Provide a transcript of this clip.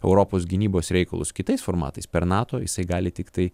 europos gynybos reikalus kitais formatais per nato jisai gali tiktai